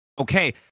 okay